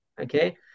okay